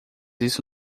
isso